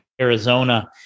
Arizona